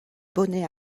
bonnets